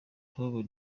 tom